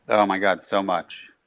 oh, my god so much,